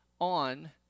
on